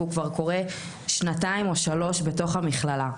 והוא קורה כבר שנתיים או שלוש בתוך המכללה.